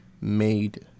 made